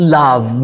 love